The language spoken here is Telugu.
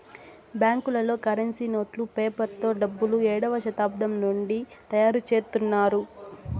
బ్యాంకులలో కరెన్సీ నోట్లు పేపర్ తో డబ్బులు ఏడవ శతాబ్దం నుండి తయారుచేత్తున్నారు